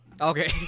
Okay